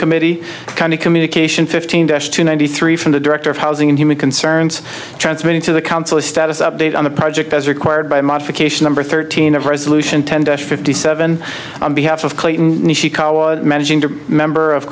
committee a kind of communication fifteen dash to ninety three from the director of housing and human concerns transmitting to the council a status update on the project as required by modification number thirteen of resolution tendentious fifty seven on behalf of clayton member of